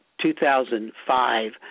2005